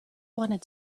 wanted